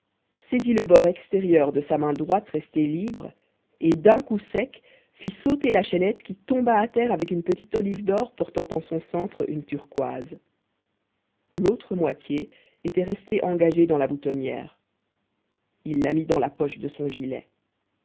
le bord extérieur de sa main droite restée libre et d'un coup sec fit sauter la chaînette qui tomba à terre avec une petite olive d'or portant en son centre une turquoise l'autre moitié était restée engagée dans la boutonnière il la mit dans la poche de son gilet